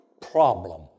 problem